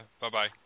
Bye-bye